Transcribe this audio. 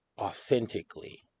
authentically